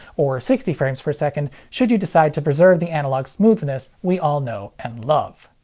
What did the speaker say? or sixty frames per second should you decide to preserve the analog smoothness we all know and love.